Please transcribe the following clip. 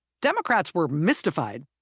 democrats were mystified.